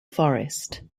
forest